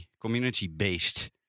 community-based